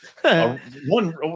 one